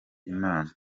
imana